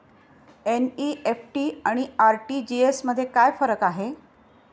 NEFT आणि RTGS मध्ये काय फरक आहे?